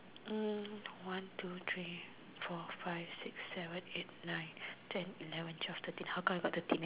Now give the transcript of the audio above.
um one two three four five six seven eight nine ten eleven twelve thirteen how come I got thirteen